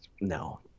no